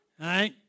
right